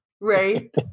right